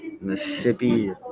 Mississippi